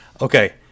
Okay